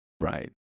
Right